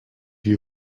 you